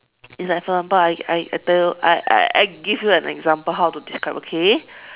it's like for example I I tell you I I I give you an example how to describe okay